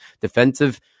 Defensive